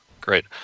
great